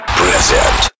present